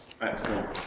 Excellent